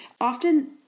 Often